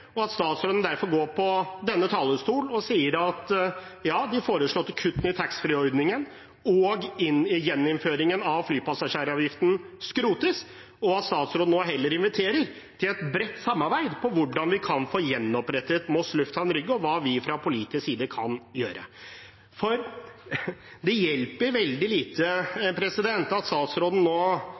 og at statsråden derfor går på denne talerstol og sier at de foreslåtte kuttene i taxfree-ordningen og gjeninnføringen av flypassasjeravgiften skrotes, og at statsråden heller inviterer til et bredt samarbeid om hvordan vi kan få gjenopprettet Moss lufthavn Rygge, og hva vi fra politisk side kan gjøre. Det hjelper veldig lite at statsråden nå